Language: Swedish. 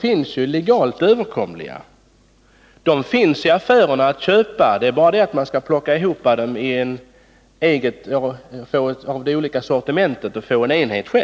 finns ju legalt överkomliga. De finns att köpa i affärerna. Man behöver bara plocka ihop dem ur det sortiment som finns för att få en enhet.